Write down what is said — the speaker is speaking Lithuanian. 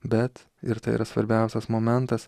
bet ir tai yra svarbiausias momentas